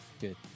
Good